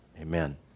amen